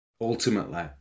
ultimately